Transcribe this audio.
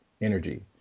energy